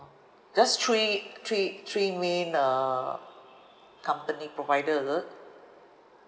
just three three three main uh company provider is it